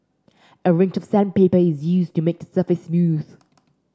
a range of sandpaper is used to make the surface smooth